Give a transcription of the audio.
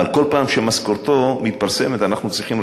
אבל כל פעם שמשכורתו מתפרסמת אנחנו צריכים,